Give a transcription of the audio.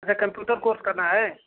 अगर computer course करना है